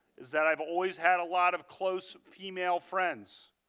is that i have always had a lot of close female friends.